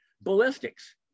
ballistics